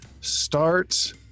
start